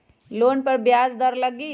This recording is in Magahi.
लोन पर ब्याज दर लगी?